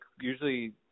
usually